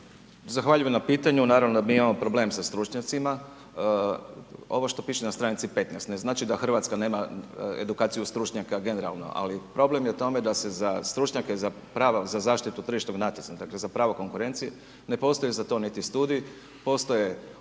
Zahvaljujem na pitanju, naravno mi imamo problem sa stručnjacima. Ovo što piše na stranici 15 ne znači da Hrvatska nema edukaciju stručnjaka generalno ali problem je u tome da se za stručnjake za prava za zaštitu tržišnog natjecanja, dakle za pravo konkurencije, ne postoji za to niti studiji, postoje na